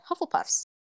Hufflepuffs